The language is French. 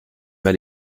mal